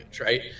right